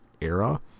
era